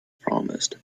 promised